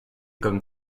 comme